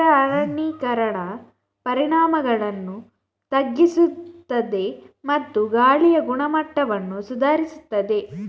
ನಗರ ಅರಣ್ಯೀಕರಣ ಪರಿಣಾಮಗಳನ್ನು ತಗ್ಗಿಸುತ್ತದೆ ಮತ್ತು ಗಾಳಿಯ ಗುಣಮಟ್ಟವನ್ನು ಸುಧಾರಿಸುತ್ತದೆ